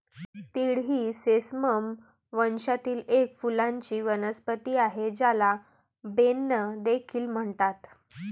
तीळ ही सेसमम वंशातील एक फुलांची वनस्पती आहे, ज्याला बेन्ने देखील म्हणतात